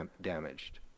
damaged